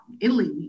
Italy